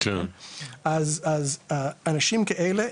אז אנשים האלה,